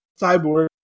cyborg